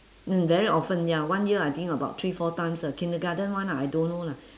mm very often ya one year I think about three four times uh kindergarten one I don't know lah